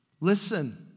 Listen